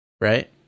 Right